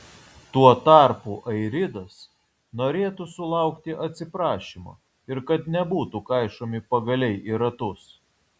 tuo tarpu airidas norėtų sulaukti atsiprašymo ir kad nebūtų kaišomi pagaliai į ratus